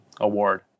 award